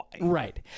Right